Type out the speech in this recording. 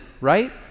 right